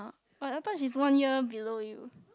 but I thought she is one year below you